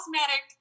cosmetic